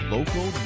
Local